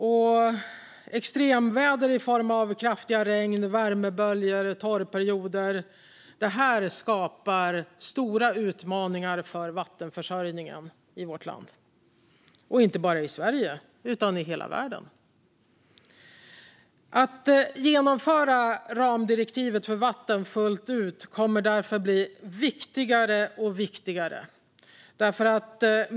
Och extremväder i form av kraftiga regn, värmeböljor och torrperioder skapar stora utmaningar för vattenförsörjningen i vårt land, och inte bara i Sverige utan i hela världen. Att genomföra ramdirektivet för vatten fullt ut kommer därför att bli allt viktigare.